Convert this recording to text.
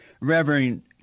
Reverend